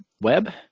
Web